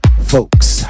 Folks